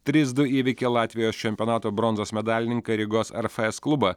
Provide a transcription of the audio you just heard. trys du įveikė latvijos čempionato bronzos medalininką rygos rfs klubą